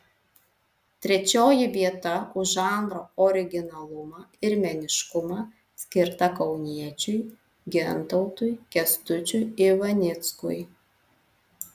trečioji vieta už žanro originalumą ir meniškumą skirta kauniečiui gintautui kęstučiui ivanickui